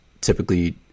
typically